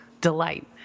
delight